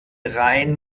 rein